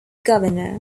governor